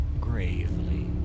Gravely